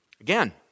Again